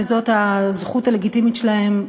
וזאת הזכות הלגיטימית שלהן,